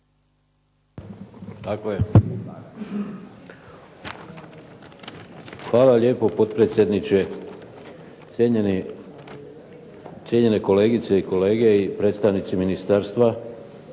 Hvala lijepo potpredsjedniče, cijenjene kolegice i kolege i predstavnici ministarstva.